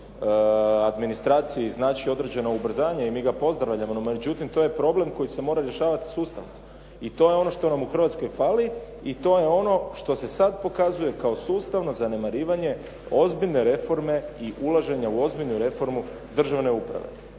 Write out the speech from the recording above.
administraciji znači određena ubrzanja i mi ga pozdravljamo, no međutim to je problem koji se mora rješavati sustavno. I to je ono što nam u Hrvatskoj fali i to je ono što se sada pokazuje kao sustavno zanemarivanje ozbiljne reforme i ulaženju u ozbiljnu reformu državne uprave.